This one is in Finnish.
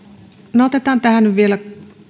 no otetaan tähän nyt vielä